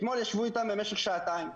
אתמול ישבו איתם במשך שעתיים.